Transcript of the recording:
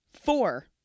Four